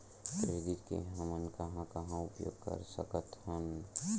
Credit के हमन कहां कहा उपयोग कर सकत हन?